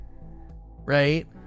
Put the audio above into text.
Right